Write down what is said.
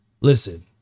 listen